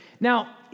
Now